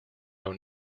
own